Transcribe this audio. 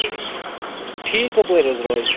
ٹھیٖک کَپٲرۍ حظ روزِ